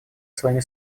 своими